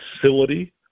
facility